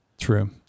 true